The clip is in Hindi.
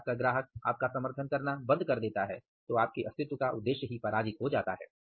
यदि आपका ग्राहक आपका समर्थन करना बंद कर देता है तो आपके अस्तित्व का उद्देश्य ही पराजित हो जाता है